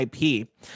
IP